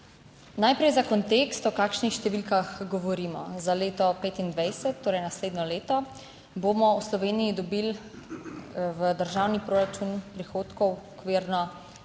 Najprej za kontekst, o kakšnih številkah govorimo, za leto 2025, torej naslednje leto bomo v Sloveniji dobili v državni proračun prihodkov okvirno